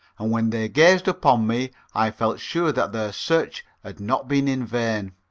and when they gazed upon me i felt sure that their search had not been in vain.